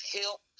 help